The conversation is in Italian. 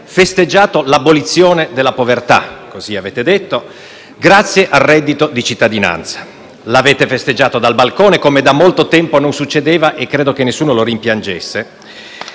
festeggiato l'abolizione della povertà - così avete detto - grazie al reddito di cittadinanza. L'avete festeggiato dal balcone, come da molto tempo non succedeva, e credo che nessuno lo rimpiangesse